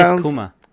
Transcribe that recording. kuma